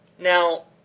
Now